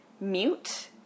mute